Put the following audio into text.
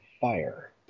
fire